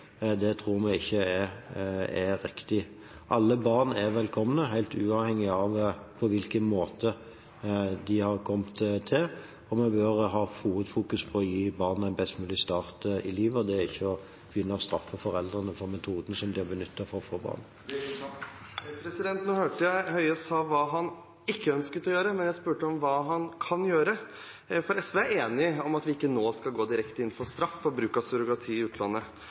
født, tror vi ikke er riktig. Alle barn er velkomne, helt uavhengig av på hvilken måte de har kommet til. Vi er opptatt av å gi barn en best mulig start på livet, og det er ikke ved å straffe foreldrene for metoden de har benyttet for å få barn. Jeg hørte statsråd Høie si hva han ikke ønsker å gjøre, men jeg spurte hva han kan gjøre. SV er enig i at vi ikke skal gå direkte inn for straff for surrogati i utlandet.